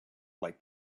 like